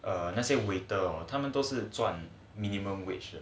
err 那些 waiter 他们都是赚 minimum wage